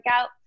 out